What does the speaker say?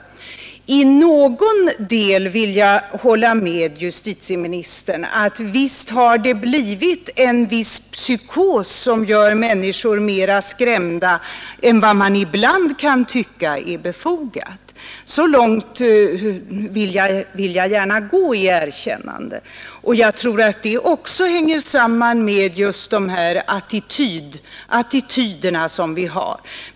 Så långt vill jag gärna hålla med justitieministern att visst har det blivit något av en psykos i detta sammanhang, som gjort att människor blivit mera skrämda än vad man ibland kan tycka är befogat. Jag tror att det också hänger samman med de attityder som vi har.